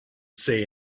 say